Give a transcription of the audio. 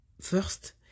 first